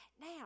Now